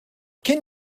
can